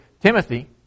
Timothy